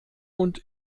und